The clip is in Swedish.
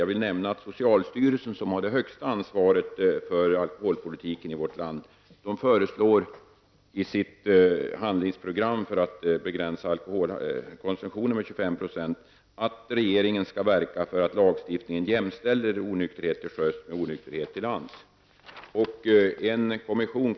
Jag vill nämna att socialstyrelsen, som är ytterst ansvarig för alkoholpolitiken i vårt land, föreslår i sitt handlingsprogram för att begränsa alkoholkonsumtionen med 25 % att regeringen skall verka för att lagstiftningen jämställer onykterhet till sjöss med onykterhet på land.